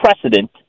precedent